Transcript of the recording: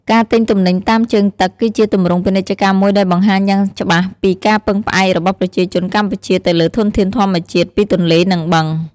ការទិញទំនិញតាមជើងទឹក គឺជាទម្រង់ពាណិជ្ជកម្មមួយដែលបង្ហាញយ៉ាងច្បាស់ពីការពឹងផ្អែករបស់ប្រជាជនកម្ពុជាទៅលើធនធានធម្មជាតិពីទន្លេ និងបឹង។